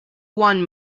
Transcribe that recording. one